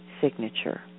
signature